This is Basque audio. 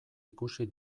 ikusi